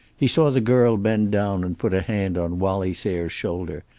he saw the girl bend down and put a hand on wallie sayre's shoulder,